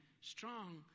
strong